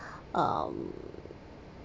um